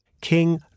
King